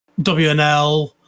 WNL